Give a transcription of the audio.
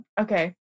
Okay